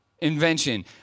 Invention